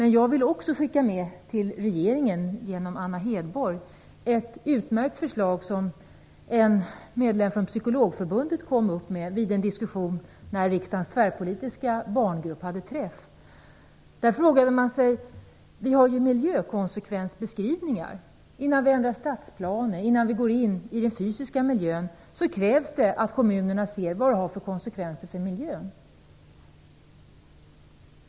Men jag vill också genom Anna Hedborg skicka med till regeringen ett utmärkt förslag som en medlem av Psykologförbundet kom med i en diskussion när riksdagens tvärpolitiska barngrupp hade träff. Där sade man: Vi har ju miljökonsekvensbeskrivningar innan stadsplaner ändras. Innan vi går in i den fysiska miljön krävs det att kommunerna ser till vad det får för konsekvenser för miljön.